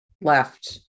left